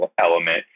element